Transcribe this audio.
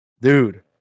Dude